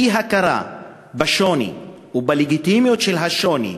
אי-הכרה בשוני ובלגיטימיות של השוני,